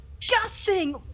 disgusting